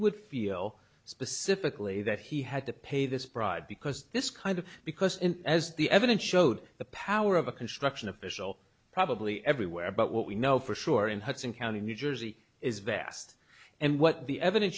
would feel specifically that he had to pay this pride because this kind of because and as the evidence showed the power of a construction official probably everywhere but what we know for sure in hudson county new jersey is vast and what the evidence